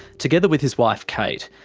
together with his wife kate,